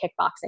kickboxing